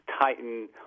tighten